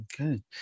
Okay